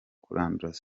kurandura